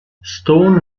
stone